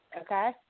Okay